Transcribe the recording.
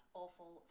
awful